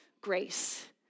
grace